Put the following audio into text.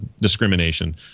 discrimination